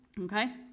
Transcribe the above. okay